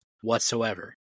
whatsoever